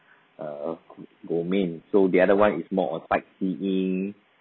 err so the other one is more on sightseeing